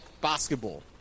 basketball